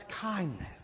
kindness